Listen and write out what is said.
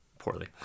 poorly